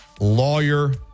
lawyer